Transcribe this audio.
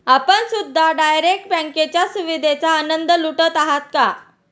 आपण सुद्धा डायरेक्ट बँकेच्या सुविधेचा आनंद लुटत आहात का?